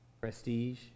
prestige